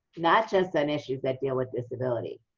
not just on issues that deal with disability,